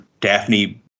Daphne